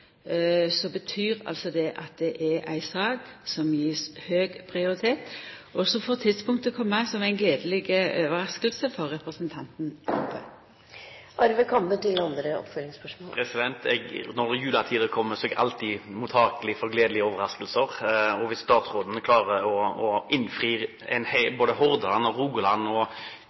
betyr det at det er ei sak som får høg prioritet. Så får tidspunktet koma som ei gledeleg overrasking for representanten. Når juletider kommer, er jeg alltid mottakelig for gledelige overraskelser. Hvis statsråden klarer å innfri både Hordalands, Rogalands, Telemarks og Buskeruds forventninger, vil statsråden stå høyt i kurs også der, i en